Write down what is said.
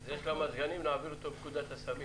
זה של המזגנים, נעביר אותו בפקודת הסמים.